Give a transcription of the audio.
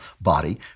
body